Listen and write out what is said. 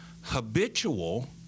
habitual